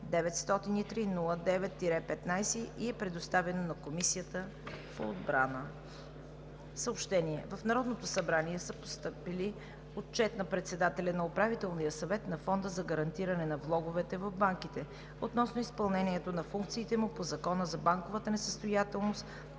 903 09 15 и е предоставено на Комисията по отбрана. Съобщения: В Народното събрание са постъпили: Отчет на председателя на Управителния съвет на Фонда за гарантиране на влоговете в банките относно изпълнението на функциите му по Закона за банковата несъстоятелност